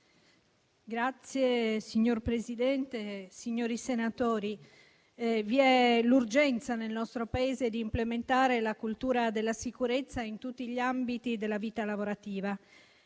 sociali*. Signor Presidente, signori senatori, vi è l'urgenza nel nostro Paese di implementare la cultura della sicurezza in tutti gli ambiti della vita lavorativa.